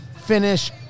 finish